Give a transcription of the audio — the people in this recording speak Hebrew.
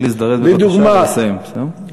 רק להזדרז בבקשה ולסיים, בסדר?